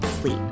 sleep